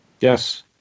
yes